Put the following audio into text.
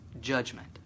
judgment